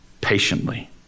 Patiently